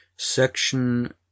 Section